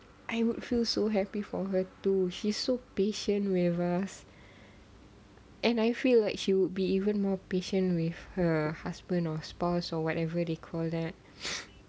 I would feel so happy for her too she's so patient with us and I feel like she would be even more patient with her husband or spouse or whatever they call that